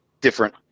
different